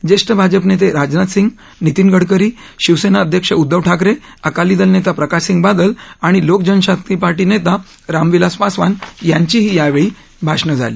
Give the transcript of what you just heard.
ज्येष्ठ भाजप नेते राजनाथ सिंह नितिन गडकरी शिवसेना अध्यक्ष उद्दव ठाकरे अकाली दल नेता प्रकाशसिंग बादल आणि लोकजनशक्ती पार्टी नेता रामविलास पासवान यांचीही यावेळी भाषणं झाली